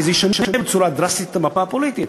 כי זה ישנה בצורה דרסטית את המפה הפוליטית.